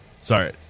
Sorry